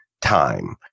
time –